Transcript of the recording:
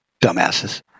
dumbasses